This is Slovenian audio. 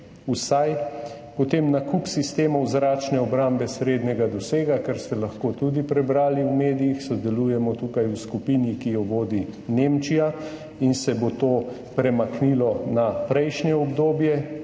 Potem nakup sistemov zračne obrambe srednjega dosega, kar ste lahko tudi prebrali v medijih. Sodelujemo tukaj v skupini, ki jo vodi Nemčija, in se bo to premaknilo na prejšnje obdobje,